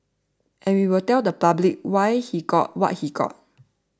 and we will tell the public why he got what he got